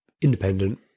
independent